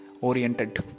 oriented